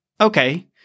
okay